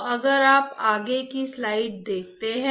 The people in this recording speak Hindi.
तो अगर आप स्लाइड देखते हैं